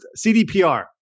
CDPR